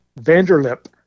Vanderlip